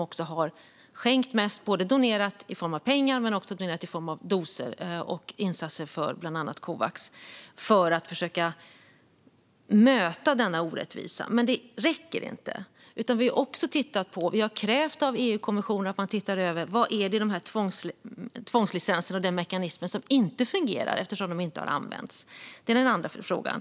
Vi har donerat både i form av pengar och i form av doser och insatser för bland annat Covax för att försöka möta denna orättvisa. Men det räcker inte, utan vi har också krävt av EU-kommissionen att man tittar över vad det är i tvångslicenserna och den mekanismen som inte fungerar eftersom de inte har använts. Det är den andra frågan.